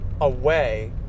away